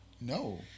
No